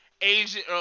Asian